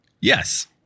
Yes